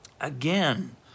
Again